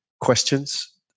questions